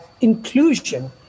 inclusion